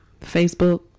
Facebook